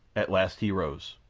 at last he rose.